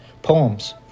poems